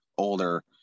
Older